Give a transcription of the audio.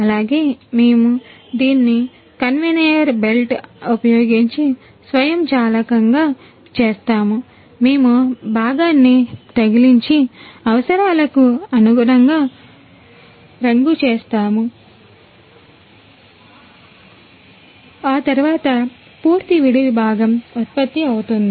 ఆ తరువాత పూర్తి విడి భాగం ఉత్పత్తి అవుతుంది